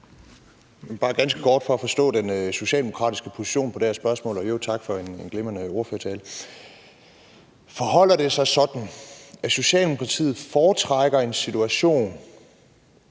Forholder det sig sådan, at Socialdemokratiet foretrækker en situation,